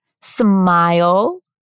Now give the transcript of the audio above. Smile